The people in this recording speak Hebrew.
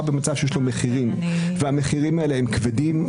במצב שיש לו מחירים והמחירים האלה הם כבדים.